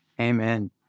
Amen